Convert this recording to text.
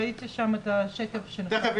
ראיתי שם את השקף שלך.